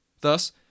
Thus